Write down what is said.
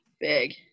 big